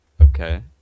Okay